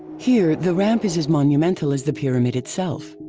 here the ramp is as monumental as the pyramid itself.